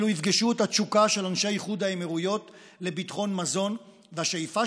אלו יפגשו את התשוקה של אנשי איחוד האמירויות לביטחון מזון ואת השאיפה